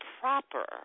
proper